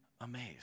amazed